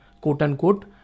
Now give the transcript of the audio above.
quote-unquote